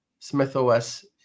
SmithOS